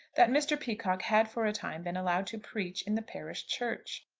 that mr. peacocke had for a time been allowed to preach in the parish church.